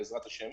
בעזרת ה'.